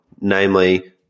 namely